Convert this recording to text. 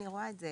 אני רואה את זה.